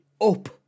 up